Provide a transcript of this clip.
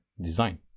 design